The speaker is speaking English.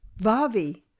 Vavi